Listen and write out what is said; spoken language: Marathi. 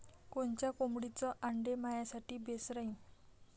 कोनच्या कोंबडीचं आंडे मायासाठी बेस राहीन?